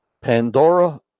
Pandora